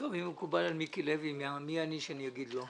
אם זה מקובל על מיקי לוי, מי אני שאגיד לא.